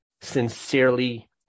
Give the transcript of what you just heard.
sincerely